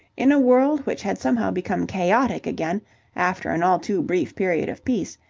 in a world which had somehow become chaotic again after an all too brief period of peace,